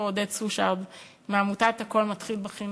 עודד סושרד מעמותת "הכול מתחיל בחינוך",